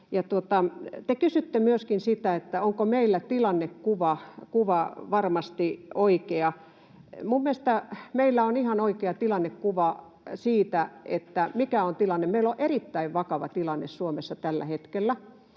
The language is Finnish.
kysytte sitä, onko meillä tilannekuva varmasti oikea. Minun mielestäni meillä on ihan oikea tilannekuva siitä, mikä on tilanne. Meillä on erittäin vakava tilanne Suomessa tällä hetkellä.